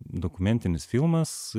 dokumentinis filmas